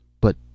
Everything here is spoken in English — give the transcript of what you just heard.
But